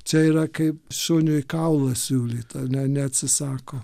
čia yra kaip šuniui kaulą siūlyt ar ne neatsisako